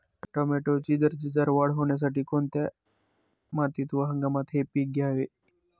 टोमॅटोची दर्जेदार वाढ होण्यासाठी कोणत्या मातीत व हंगामात हे पीक घ्यावे?